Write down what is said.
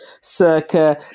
circa